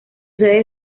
sede